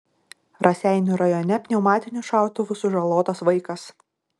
raseinių rajone pneumatiniu šautuvu sužalotas vaikas